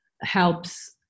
helps